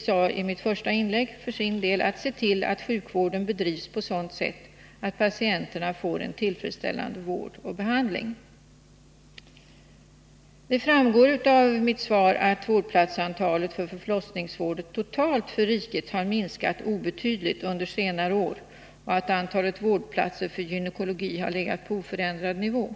sade i mitt första inlägg, för sin del att se till att sjukvården bedrivs på sådant sätt att patienterna får tillfredsställande vård och behandling. Det framgår av mitt svar att antalet vårdplatser inom förlossningsvården totalt för riket har minskat obetydligt under senare år och att antalet vårdplatser för gynekologi har legat på oförändrad nivå.